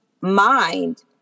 mind